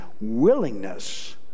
willingness